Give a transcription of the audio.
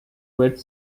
wet